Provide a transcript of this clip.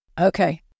Okay